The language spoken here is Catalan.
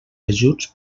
ajuts